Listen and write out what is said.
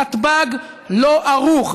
נתב"ג לא ערוך,